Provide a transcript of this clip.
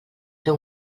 fer